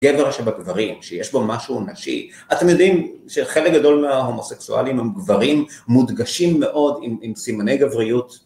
גבר שבגברים, שיש בו משהו נשי, אתם יודעים שחלק גדול מההומוסקסואלים הם גברים מודגשים מאוד עם סימני גבריות.